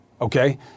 okay